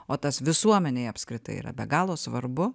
o tas visuomenei apskritai yra be galo svarbu